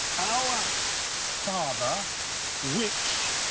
our father which.